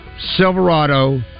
Silverado